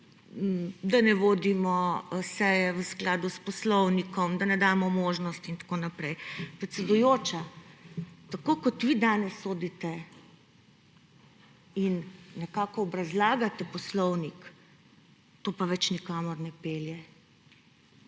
ne vodimo seje v skladu s poslovnikom, da ne damo možnosti in tako naprej. Predsedujoča, tako kot vi danes sodite in nekako obrazlagate poslovnik, to pa več nikamor ne pelje.